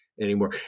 anymore